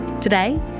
Today